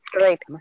Right